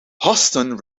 huston